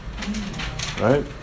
right